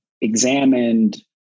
examined